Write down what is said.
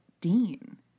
Dean